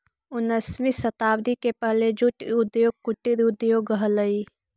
उन्नीसवीं शताब्दी के पहले जूट उद्योग कुटीर उद्योग हलइ